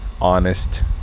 honest